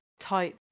type